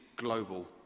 global